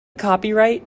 copyright